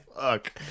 Fuck